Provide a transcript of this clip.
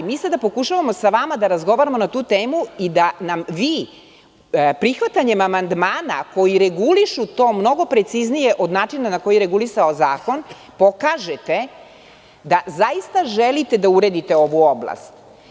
Mi sada pokušavamo sa vama da razgovaramo na tu temu i da nam vi prihvatanjem amandmana koji regulišu to mnogo preciznije od načina na koji je regulisao zakon pokažete da zaista želite da uredite ovu oblast.